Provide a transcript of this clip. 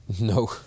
No